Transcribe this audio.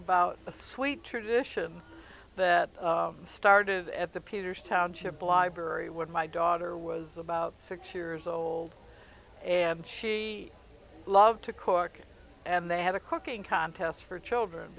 about a sweet tradition that started at the peters township library when my daughter was about six years old and she loved to cork and they had a cooking contest for children